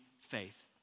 faith